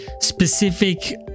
specific